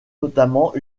notamment